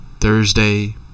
Thursday